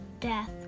Death